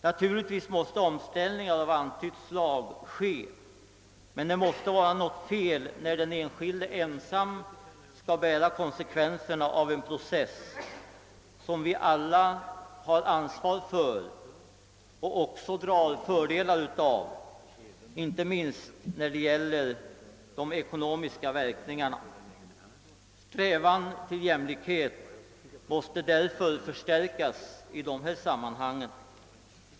Naturligtvis måste omställningar av antytt slag äga rum, men det måste vara något fel när den enskilde ensam skall ta konsekvenserna av en process som vi alla har ansvar för och också drar fördelar av, inte minst när det gäller de ekonomiska verkningarna. Strävan till jämlikhet måste därför förstärkas i dessa sammanhang.